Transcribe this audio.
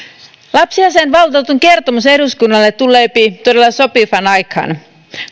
lapsiasiainvaltuutetun kertomus eduskunnalle tulee todella sopivaan aikaan